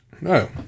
No